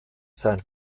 sein